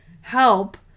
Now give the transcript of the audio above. help